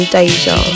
Deja